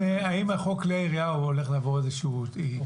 חוק כלי ירייה הולך לעבור איזה שהוא תיקון?